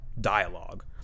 dialogue